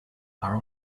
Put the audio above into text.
are